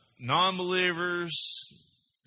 non-believers